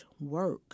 work